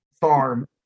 farm